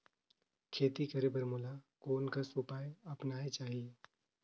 खेती करे बर मोला कोन कस उपाय अपनाये चाही?